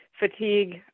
fatigue